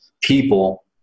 people